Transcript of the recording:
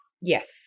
Yes